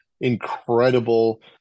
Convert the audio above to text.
incredible